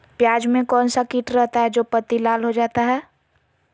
प्याज में कौन सा किट रहता है? जो पत्ती लाल हो जाता हैं